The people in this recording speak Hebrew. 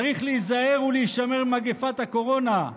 צריך להיזהר ולהישמר ממגפת הקורונה,